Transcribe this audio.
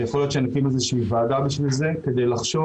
יכול להיות שנקים ועדה בשביל זה כדי לחשוב.